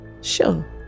sure